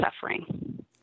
suffering